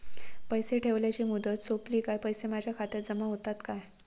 पैसे ठेवल्याची मुदत सोपली काय पैसे माझ्या खात्यात जमा होतात काय?